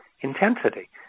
intensity